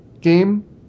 game